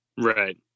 right